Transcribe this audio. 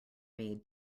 made